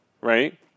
right